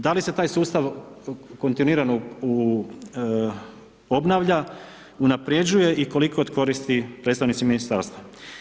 Da li se taj sustav kontinuirano obnavlja, unapređuje i koliko je od koristi predstavnicima ministarstva?